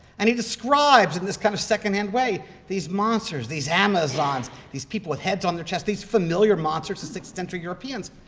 and he describes in this kind of secondhand way these monsters, these amazons, these people with heads on their chest, these familiar monsters to sixteenth century europeans,